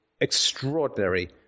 extraordinary